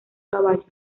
caballo